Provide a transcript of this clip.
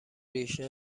ریشه